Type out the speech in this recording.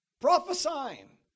prophesying